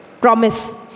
promise